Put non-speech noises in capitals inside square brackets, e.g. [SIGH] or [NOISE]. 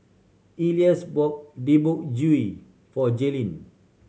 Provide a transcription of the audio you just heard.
Elias bought Deodeok [UNINTELLIGIBLE] for Jaylynn